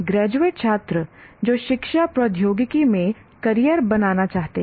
graduate छात्र जो शिक्षा प्रौद्योगिकी में करियर बनाना चाहते हैं